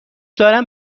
دارم